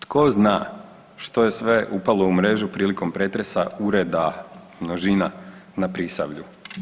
Tko zna što je sve upalo u mrežu prilikom pretresa ureda, množina, na Prisavlju?